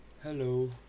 Hello